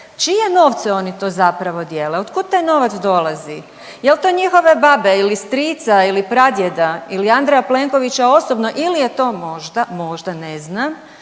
Čije novce oni to zapravo dijele? Od kud taj novac dolazi? Jel to njihove babe ili strica ili pradjeda ili Andreja Plenkovića osobno ili je to možda, možda ne znam